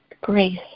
grace